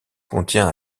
contient